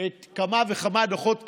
כמה וכמה דוחות כספיים,